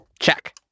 Check